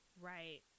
Right